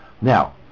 Now